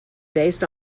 based